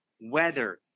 Weather